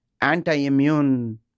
anti-immune